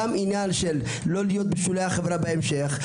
גם עניין של לא להיות בשולי החברה בהמשך.